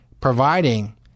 providing